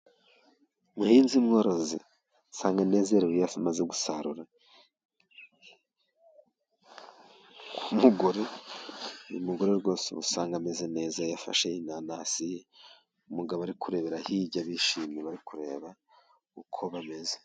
Umuhinzi mworozi usanga anezerewe iyo amaze gusarura. Umugore, uyu mugore rwose usanga ameze neza iyo yafashe inanasi, umugabo ari kurebera hirya bishimye bari kureba uko bameze.